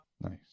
Nice